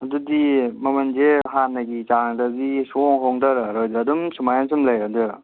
ꯑꯗꯨꯗꯤ ꯃꯃꯟꯁꯦ ꯍꯥꯟꯅꯒꯤ ꯆꯥꯡꯗꯒꯤ ꯁꯨꯡꯍꯣꯡ ꯍꯣꯡꯗꯔꯛꯑꯔꯣꯏꯗ꯭ꯔꯥ ꯑꯗꯨꯝ ꯁꯨꯃꯥꯏꯅꯁꯨꯝ ꯂꯩꯔꯗꯣꯏꯔ